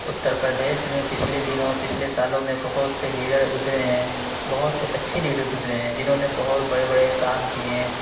اتر پردیش میں پچھلے دنوں پچھلے سالوں میں بہت سے لیڈر گزرے ہیں بہت سے اچھے لیڈر گزرے ہیں جنہوں نے بہت بڑے بڑے کام کیے ہیں